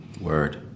Word